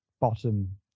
bottom